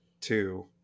Two